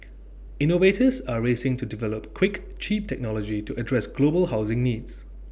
innovators are racing to develop quick cheap technology to address global housing needs